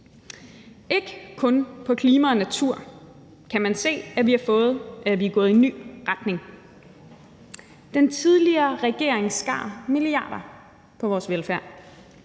ikke kun på klima- og naturområdet, man kan se, at vi er gået i en ny retning. Den tidligere regering skar milliarder på vores velfærd,